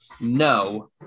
No